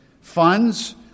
funds